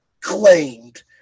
claimed